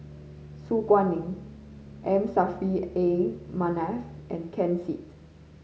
Su Guaning M Saffri A Manaf and Ken Seet